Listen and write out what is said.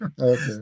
Okay